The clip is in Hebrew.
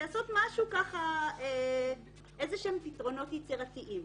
למצוא איזה שהם פתרונות יצירתיים,